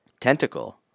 Tentacle